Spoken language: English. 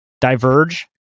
diverge